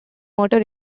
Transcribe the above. motor